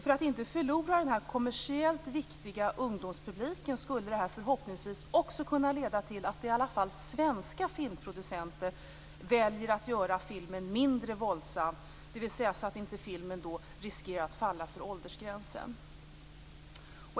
För att inte förlora denna kommersiellt viktiga ungdomspublik skulle detta förhoppningsvis också kunna leda till att i alla fall svenska filmproducenter väljer att göra filmer mindre våldsamma, dvs. så att filmerna inte riskerar att falla för åldersgränsen.